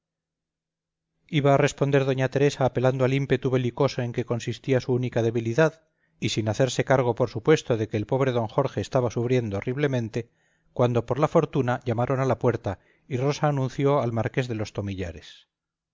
iba a responder doña teresa apelando al ímpetu belicoso en que consistía su única debilidad y sin hacerse cargo por supuesto de que el pobre d jorge estaba sufriendo horriblemente cuando por fortuna llamaron a la puerta y rosa anunció al marqués de los tomillares